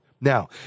Now